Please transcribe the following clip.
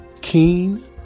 keen